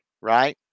right